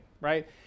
right